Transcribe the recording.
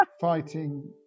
fighting